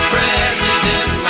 President